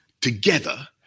together